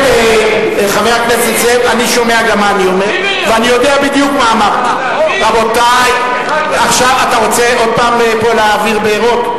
אני קורא אותך לסדר פעם שנייה.